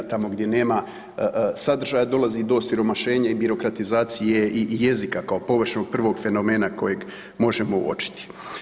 Tamo gdje nama sadržaja dolazi do osiromašenja i birokratizacije jezika kao površnog prvog fenomena kojeg možemo uočiti.